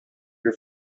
your